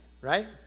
right